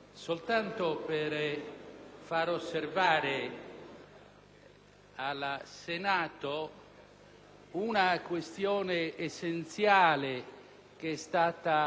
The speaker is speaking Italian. una questione essenziale che è stata adombrata dal collega Scanu. Ci troviamo di fronte